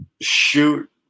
shoot